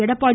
Edappadi